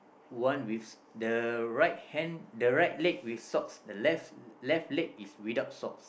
one with the right hand the right leg with socks the left left leg is without socks